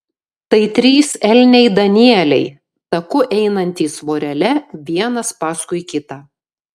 tai trys elniai danieliai taku einantys vorele vienas paskui kitą